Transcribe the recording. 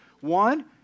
One